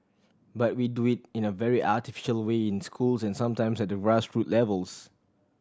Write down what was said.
but we do it in a very artificial way in schools and sometimes at the grass root levels